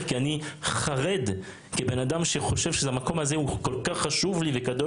כי אני חרד כאדם שחושב שהמקום הזה קדוש וחשוב,